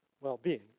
well-being